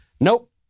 Nope